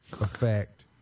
effect